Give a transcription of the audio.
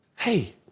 hey